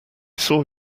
saw